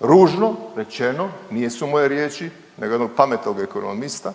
Ružno rečeno nisu moje riječi nego jednog pametnog ekonomista,